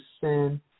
sin